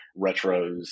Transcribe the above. retros